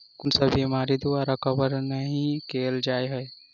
कुन सब बीमारि द्वारा कवर नहि केल जाय है?